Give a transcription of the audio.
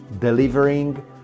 delivering